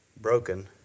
broken